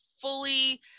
fully